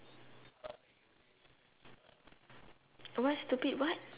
what stupid what